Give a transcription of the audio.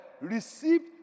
received